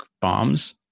bombs